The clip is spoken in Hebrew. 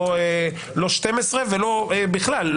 לא 12 ולא בכלל,